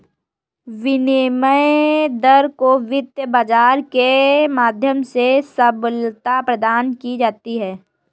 विनिमय दर को वित्त बाजार के माध्यम से सबलता प्रदान की जाती है